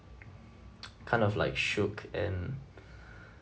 kind of like shook and